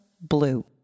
blue